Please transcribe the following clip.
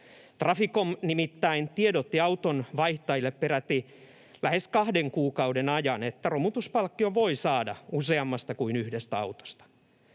Traficom nimittäin tiedotti auton vaihtajille peräti lähes kahden kuukauden ajan, että romutuspalkkion voi saada useammasta kuin yhdestä autosta.